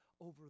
over